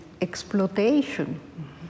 exploitation